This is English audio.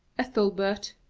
ethelbert,